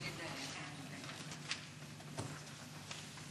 תודה לסגן השר.